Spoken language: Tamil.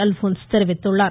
அல்போன்ஸ் தெரிவித்துள்ளார்